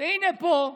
והינה פה,